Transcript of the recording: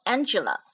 Angela